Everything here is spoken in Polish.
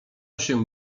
się